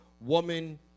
woman